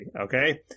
okay